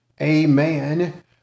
amen